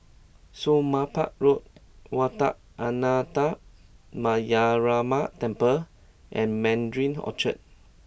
Somapah Road Wat Ananda Metyarama Temple and Mandarin Orchard